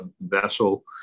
vessel